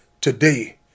today